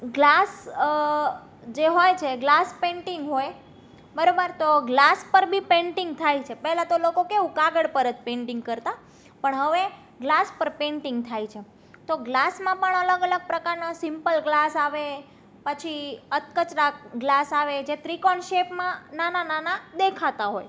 glass જે હોય છે ગ્લાસ પેઇન્ટિંગ હોય બરોબર તો ગ્લાસ પર બી પેન્ટિંગ થાય છે પહેલાં તો લોકો કેવું કાગળ પર જ પેન્ટિંગ કરતાં પણ હવે ગ્લાસ પર પેઇન્ટિંગ થાય છે તો ગ્લાસમાં પણ અલગ અલગ પ્રકારના સિમ્પલ ગ્લાસ આવે પછી અધકચરા ગ્લાસ આવે જે ત્રિકોણ શેપમાં નાના નાના દેખાતા હોય